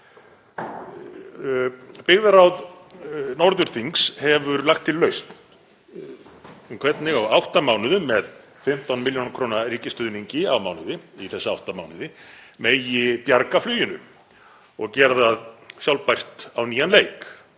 Byggðaráð Norðurþings hefur lagt til lausn um hvernig megi á átta mánuðum, með 15 millj. kr. ríkisstuðningi á mánuði í þessa átta mánuði, bjarga fluginu og gera það sjálfbært á nýjan leik.